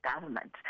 government